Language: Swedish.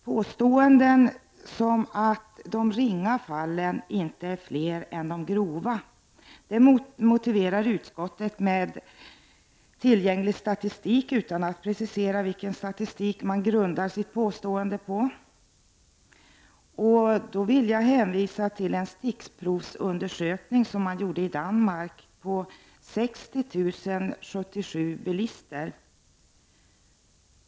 Påståendet att de lindriga fallen inte är fler än de grova grundar utskottet på tillgänglig statistik, dock utan att precisera vilken statistik det gäller. Här vill jag hänvisa till en dansk stickprovsundersökning av 60077 bilister.